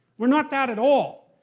we're not that at all.